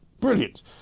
brilliant